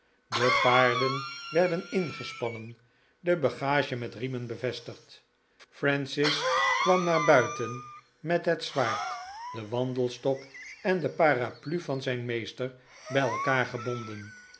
de paarden werden ingespannen de bagage met riemen bevestigd francis kwam naar buiten met het zwaard den wandelstok en de parapluie van zijn meester bij elkaar gebonden